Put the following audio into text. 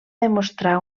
demostrar